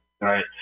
right